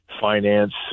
finance